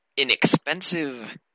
inexpensive